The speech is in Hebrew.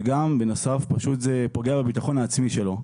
ובנוסף, זה גם פוגע בביטחון העצמי שלו.